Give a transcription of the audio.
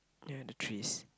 ya the trees